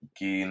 Que